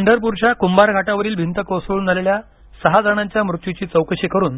पंढरपूरच्या कंभारघाटावरील भिंत कोसळून झालेल्या सहा जणांच्या मृत्यूची चौकशी करुन